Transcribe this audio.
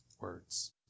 words